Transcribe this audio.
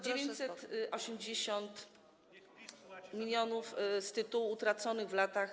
980 mln z tytułu utraconych w latach.